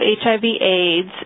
HIV-AIDS